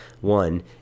one